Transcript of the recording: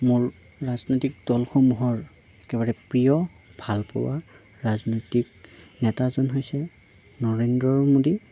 মোৰ ৰাজনৈতিক দলসমূহৰ একেবাৰে প্ৰিয় ভাল পোৱা ৰাজনৈতিক নেতাজন হৈছে নৰেন্দ্ৰ মোদী